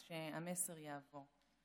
אז שהמסר יעבור.